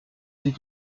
sie